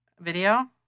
video